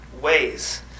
ways